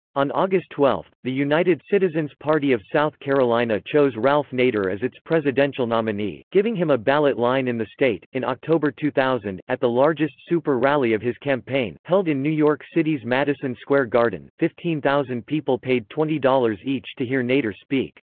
on august twelve, the united citizens party of south carolina chose ralph nader as its presidential nominee, giving him a ballot line in the state in october two thousand, at the largest super rally of his campaign, held in new york city's madison square garden, fifteen thousand people paid twenty dollars each to hear nader speak.